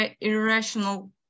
irrational